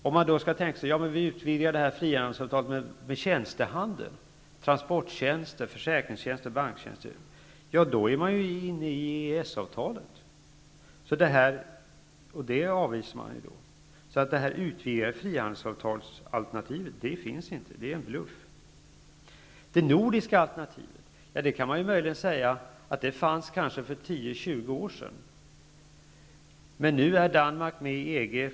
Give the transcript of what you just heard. Då kan man kanske säga: Ja, men vi utvidgar det här frihandelsavtalet med tjänstehandel avseende transporttjänster, försäkringstjänster och banktjänster. Men då är man inne i EES-avtalet, och det avvisas ju. Alternativet med ett utvidgat frihandelsavtal finns alltså inte. Det är en bluff. Det nordiska alternativet fanns kanske för 10--20 år sedan. Men nu är Danmark med i EG.